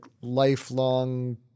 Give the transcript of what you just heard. lifelong